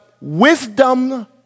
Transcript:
wisdom